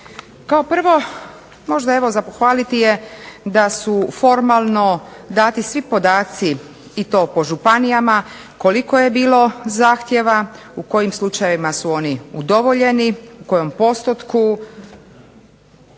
Kao prvo, možda evo za pohvaliti je da su formalno dati svi podaci i to po županijama, koliko je bilo zahtjeva, u kojim slučajevima su oni udovoljeni, u kojem postotku,